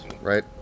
right